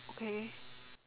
okay